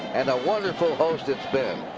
and a wonderful host it's been.